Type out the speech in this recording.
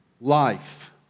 life